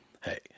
Hey